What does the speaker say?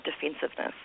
defensiveness